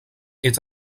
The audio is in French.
est